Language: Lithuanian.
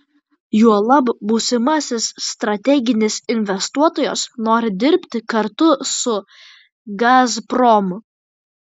juolab būsimasis strateginis investuotojas nori dirbti kartu su gazprom